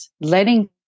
letting